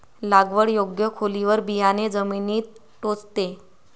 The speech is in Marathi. लागवड योग्य खोलीवर बियाणे जमिनीत टोचते